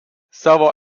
savo